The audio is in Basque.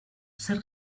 zer